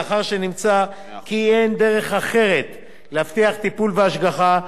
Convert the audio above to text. לאחר שנמצא כי אין דרך אחרת להבטיח טיפול והשגחה,